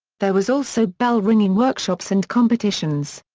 there was also bell-ringing workshops and competitions.